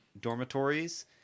dormitories